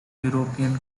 european